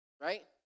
right